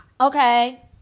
Okay